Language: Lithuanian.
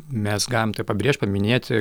mes galim tai pabrėžt paminėti